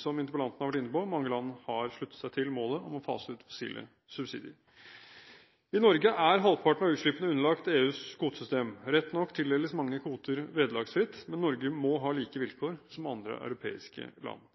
Som interpellanten har vært inne på, mange land har sluttet seg til målet om å fase ut fossile subsidier. I Norge er halvparten av utslippene underlagt EUs kvotesystem. Rett nok tildeles mange kvoter vederlagsfritt, men Norge må ha samme vilkår som andre europeiske land.